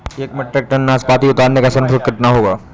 एक metric tonne नाशपाती उतारने का श्रम शुल्क कितना होगा?